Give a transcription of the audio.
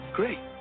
Great